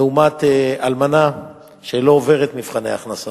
לעומת אלמנה שלא עוברת מבחני הכנסה